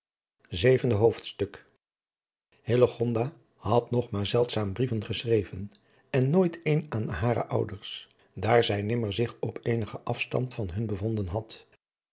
zevende hoofdstuk hillegonda had nog maar zeldzaam brieven geschreven en nooit een aan hare ouders daar zij nimmer zich op eenigen afstand van hun bevonden had